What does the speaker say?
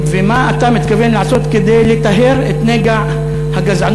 ומה אתה מתכוון לעשות כדי לטהר את נגע הגזענות?